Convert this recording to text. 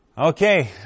okay